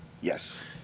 Yes